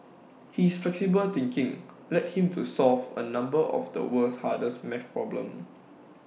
his flexible thinking led him to solve A number of the world's hardest math problems